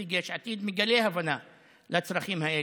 נציג יש עתיד, מגלה הבנה לצרכים האלה,